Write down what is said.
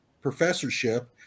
professorship